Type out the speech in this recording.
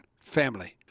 family